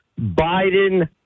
Biden